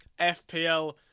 FPL